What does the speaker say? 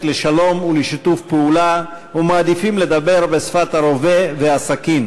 לשלום ולשיתוף פעולה ומעדיפים לדבר בשפת הרובה והסכין,